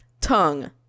tongue